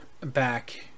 back